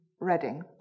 Reading